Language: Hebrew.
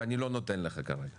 ואני לא נותן לך כרגע.